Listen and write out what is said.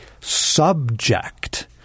subject